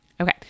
Okay